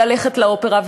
וללכת לאופרה,